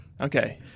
Okay